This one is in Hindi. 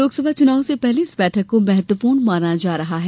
लोकसभा चुनाव से पहले इस बैठक को महत्वपूर्ण माना जा रहा है